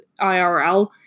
IRL